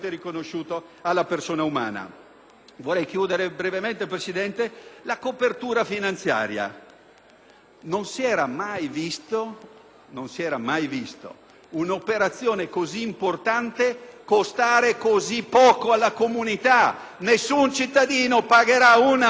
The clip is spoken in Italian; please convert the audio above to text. non si era mai vista un'operazione così importante costare così poco alla comunità. Nessun cittadino pagherà un solo centesimo di euro per questa operazione. Se andiamo a leggere la parte che riguarda la copertura finanziaria,